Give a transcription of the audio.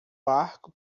barco